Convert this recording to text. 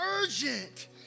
urgent